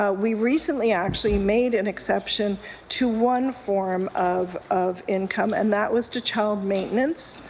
ah we recently actually made an exception to one form of of income and that was to child maintenance.